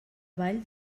vall